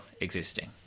existing